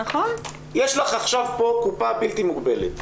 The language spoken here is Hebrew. יש לך עכשיו פה קופה בלתי מוגבלת.